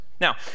Now